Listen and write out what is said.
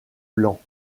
blancs